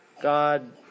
god